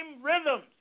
rhythms